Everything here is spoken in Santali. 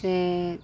ᱥᱮ